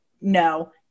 no